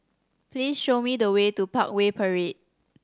please show me the way to Parkway Parade